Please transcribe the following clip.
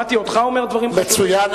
שמעתי אותך אומר דברים חשובים, מצוין.